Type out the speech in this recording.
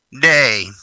day